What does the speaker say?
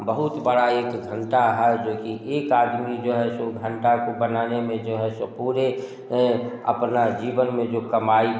बहुत बड़ा एक घंटा है जो कि एक आदमी जो है सो घंटा को बनाने में जो है सो पूरे अपना जीवन में जो कमाई